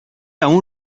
aún